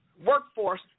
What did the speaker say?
workforce